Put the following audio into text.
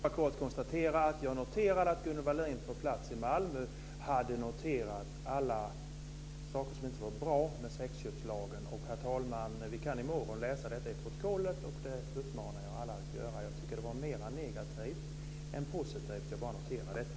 Herr talman! Jag ska bara kort konstatera att att Gunnel Wallin på plats i Malmö har noterat alla saker som inte är bra med sexköpslagen. Och, herr talman, vi kan i morgon läsa detta i protokollet. Det uppmanar jag alla att göra. Jag tycker att det var mer negativt än positivt. Jag bara noterar detta.